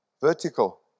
vertical